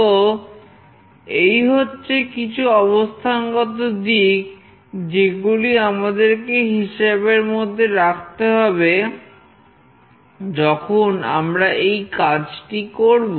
তো এই হচ্ছে কিছু অবস্থানগত দিক যেগুলি আমাদেরকে হিসেবের মধ্যে রাখতে হবে যখন আমরা এই কাজটি করব